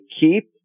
keep